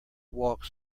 walks